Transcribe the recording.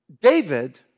David